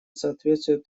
соответствует